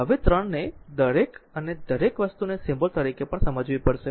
હવે 3 ને દરેક અને દરેક વસ્તુને સિમ્બોલ તરીકે પણ સમજવી પડશે